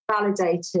validated